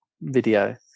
video